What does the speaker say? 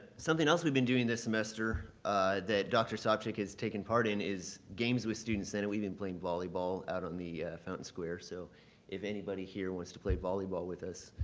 something else we've been doing this semester that dr. sopcich has taken part in is games with student senate. we've been playing volleyball out on the fountain square. so if anybody here wants to play volleyball with us,